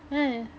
yeah yeah